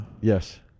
yes